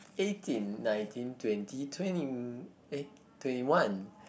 eighteen nineteen twenty twenty eh twenty one